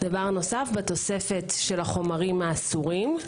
בנוסף, בתוספת של החומרים האסורים,